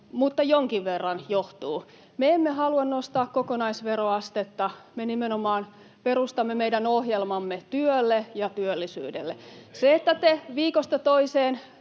mutta jonkin verran johtuu. Me emme halua nostaa kokonaisveroastetta, me nimenomaan perustamme meidän ohjelmamme työlle ja työllisyydelle. Se, että te viikosta toiseen